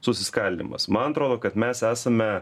susiskaldymas man atrodo kad mes esame